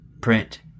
print